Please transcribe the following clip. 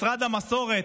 משרד המסורת,